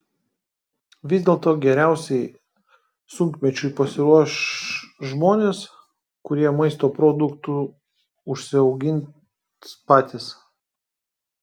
vis dėlto geriausiai sunkmečiui pasiruoš žmonės kurie maisto produktų užsiaugins patys